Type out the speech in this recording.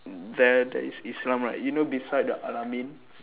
there there is islam right you know beside the al ameen